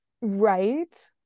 right